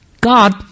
God